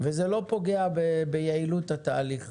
וזה לא פוגע ביעילות התהליך.